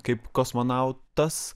kaip kosmonautas